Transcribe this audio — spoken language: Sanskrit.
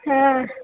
हा